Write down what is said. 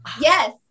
Yes